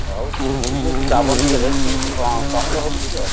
ହଉ ଠିକ ଅଛି ତ ଆପଣ ଟିକେ ରେଟ୍ ଟିକେ କମ କରନ୍ତୁ ଟିକେ